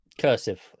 cursive